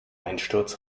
einsturz